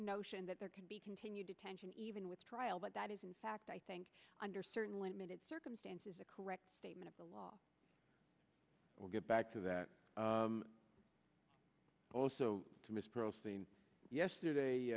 notion that there can be continued detention even with trial but that is in fact i think under certain limited circumstances a correct statement of the law we'll get back to that also